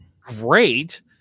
great